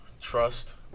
trust